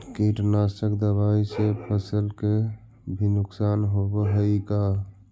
कीटनाशक दबाइ से फसल के भी नुकसान होब हई का?